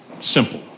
Simple